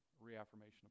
reaffirmation